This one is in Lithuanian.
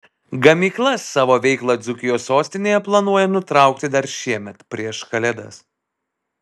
gamykla savo veiklą dzūkijos sostinėje planuoja nutraukti dar šiemet prieš kalėdas